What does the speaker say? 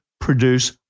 produce